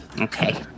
Okay